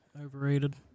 Overrated